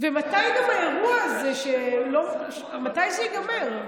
מתי גם האירוע הזה שהוא לא, מתי זה ייגמר?